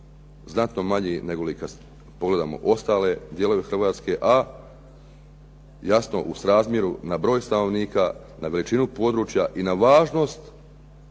znatno manji nego li kada pogledamo ostale dijelove Hrvatske, a jasno u srazmjeru na broj stanovnika, na veličinu područja i na važnost